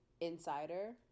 insider